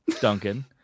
Duncan